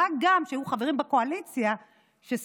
מה גם שהיו חברים בקואליציה שסימנו